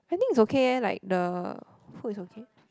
I think it's okay eh like the food is okay